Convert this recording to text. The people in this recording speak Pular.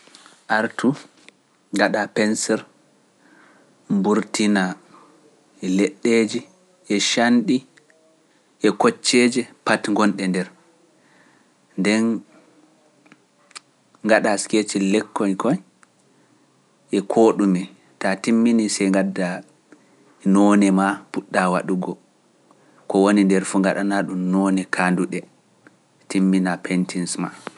Artu ngaɗa pensir mburtina leɗɗeeji e canɗi e kocceeje pati gonɗe nder, nden gaɗa skeccel lekkoñkoñ e koo ɗume ta timmini si ngadda noone ma puɗɗa waɗugo, ko woni nder fu gaɗana ɗum noone kaanduɗe timmina pentince ma.